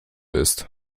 ist